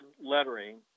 lettering